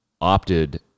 opted